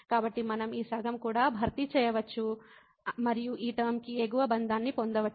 కాబట్టి మనం ఈ సగం కూడా భర్తీ చేయవచ్చు మరియు ఈ టర్మ కి ఎగువ బంధాన్ని పొందవచ్చు